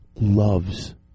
loves